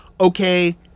Okay